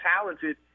talented